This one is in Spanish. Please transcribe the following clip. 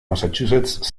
massachusetts